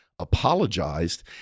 apologized